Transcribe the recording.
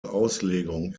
auslegung